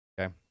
Okay